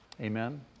Amen